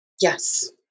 Yes